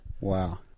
Wow